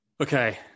Okay